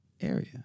area